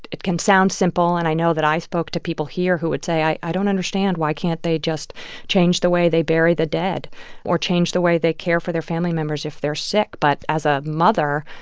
it can sound simple and i know that i spoke to people here who would say, i don't understand. why can't they just change the way they bury the dead or change the way they care for their family members if they're sick? but as a mother,